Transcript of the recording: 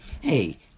Hey